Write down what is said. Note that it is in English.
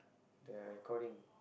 the recording